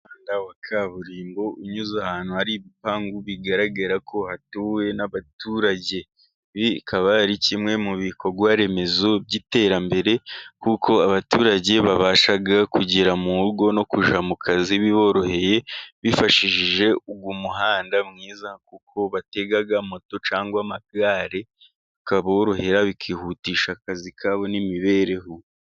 Umuhanda wa kaburimbo unyuze ahantu hari ibipangu bigaragara ko hatuwe n'abaturage. Bikaba ari kimwe mu bikorwa remezo by'iterambere, kuko abaturage babasha kugera mu rugo no kujya mu kazi biboroheye; bifashishije uyu muhanda mwiza, kuko batega moto cyangwa amagare bikaborohera, bikihutisha akazi kabo n'imibereho.